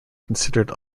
considered